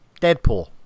Deadpool